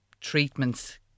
treatments